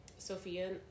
Sophia